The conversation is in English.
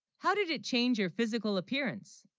how, did it change your physical appearance,